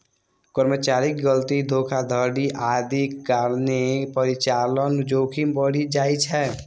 कर्मचारीक गलती, धोखाधड़ी आदिक कारणें परिचालन जोखिम बढ़ि जाइ छै